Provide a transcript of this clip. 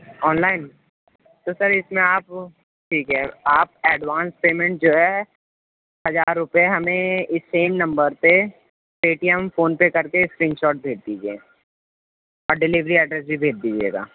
ن لائن تو سر اس میں آپ ٹھیک ہے آپ ایڈوانس پیمنٹ جو ہے ہزار روپے ہمیں اس سیم نمبر پہ Paytm PhonePe کر کے اسکرین شاٹ بھیج دیجیے اور ڈلیوری ایڈریس بھی بھیج دیجیے گا